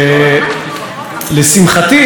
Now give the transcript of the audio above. בית המשפט הוא שביטל,